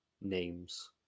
names